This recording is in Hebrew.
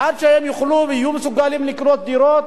עד שהם יוכלו ויהיו מסוגלים לקנות דירות,